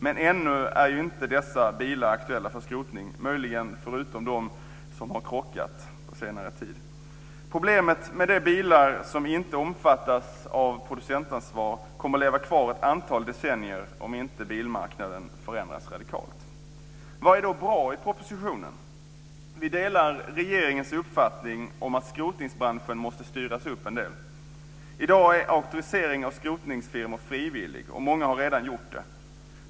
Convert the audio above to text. Men ännu är ju dessa bilar inte aktuella för skrotning, förutom möjligen krockade bilar. Problemet med de bilar som inte omfattas av producentansvar kommer att leva kvar under ett antal decennier om inte bilmarknaden förändras radikalt. Vad är då bra i propositionen? Vi delar regeringens uppfattning om att skrotningsbranschen måste styras upp en del. I dag är auktorisering av skrotningsfirmor frivillig, och många har redan blivit auktoriserade.